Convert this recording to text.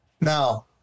Now